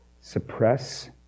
suppress